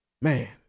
Man